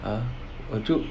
!huh! 我就